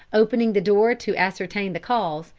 opening the door to ascertain the cause,